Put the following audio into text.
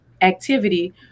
activity